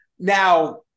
Now